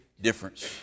difference